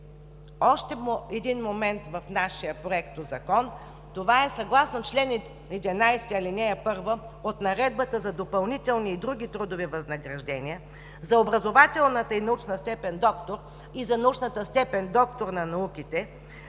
Още един момент в нашия Проектозакон. Съгласно чл. 11, ал. 1 от Наредбата за допълнителни и други трудови възнаграждения за образователната и научна степен „доктор“ и за научната степен „доктор на науките“